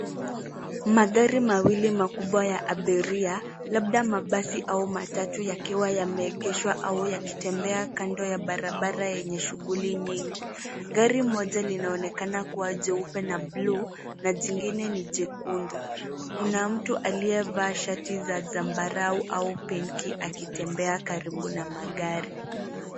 Magari mawili makubwa ya abiria, labda mabasi au matatu yakiwa yameegeshwa au yakitembea kando ya barabara yenye shughuli nyingi. Gari moja linaonekana kuwa jeupe na bluu, na jingine ni jekundu. Kuna mtu aliyevaa shati za zambarau au pinki akitembea karibu na magari.